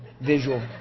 visual